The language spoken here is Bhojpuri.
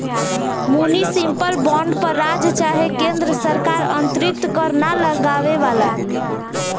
मुनिसिपल बॉन्ड पर राज्य चाहे केन्द्र सरकार अतिरिक्त कर ना लगावेला